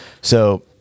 So-